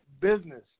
business